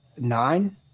nine